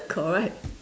correct